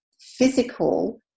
physical